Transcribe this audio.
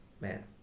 man